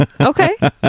Okay